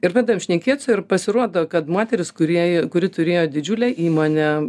ir pradedam šnekėt su ja ir pasirodo kad moteris kurie kuri turėjo didžiulę įmonę